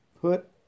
put